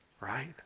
right